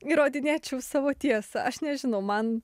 įrodinėčiau savo tiesą aš nežinau man